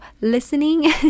listening